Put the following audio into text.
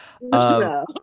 No